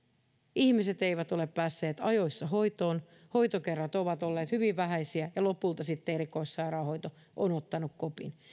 ihmiset eivät ole päässeet ajoissa hoitoon hoitokerrat ovat olleet hyvin vähäisiä ja lopulta sitten erikoissairaanhoito on ottanut kopin